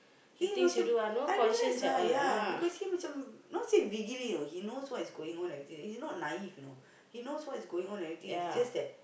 he macam I realised lah ya because he macam not say you know he knows what's going on everything he not naive you know he knows what is going on and everything it's just that